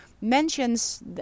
mentions